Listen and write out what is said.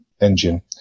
engine